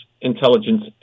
intelligence